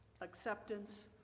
acceptance